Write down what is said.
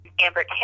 Amber